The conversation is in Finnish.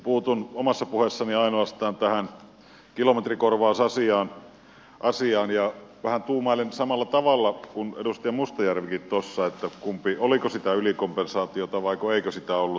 puutun omassa puheessani ainoastaan tähän kilometrikorvausasiaan ja vähän tuumailen samalla tavalla kuin edustaja mustajärvikin tuossa että oliko sitä ylikompensaatiota vaiko eikö sitä ollut